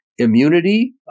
immunity